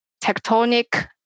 tectonic